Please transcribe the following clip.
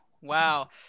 Wow